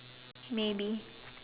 maybe